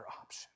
option